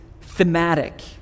thematic